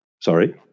Sorry